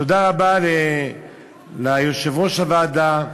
תודה רבה ליושב-ראש הוועדה,